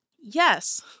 yes